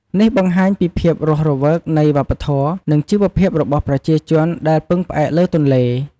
នេះបង្ហាញពីភាពរស់រវើកនៃវប្បធម៌ និងជីវភាពរបស់ប្រជាជនដែលពឹងផ្អែកលើទន្លេ។